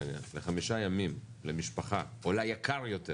העניין לחמישה ימים למשפחה עולה יקר יותר